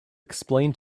explain